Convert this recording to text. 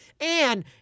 And-